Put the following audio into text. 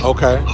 Okay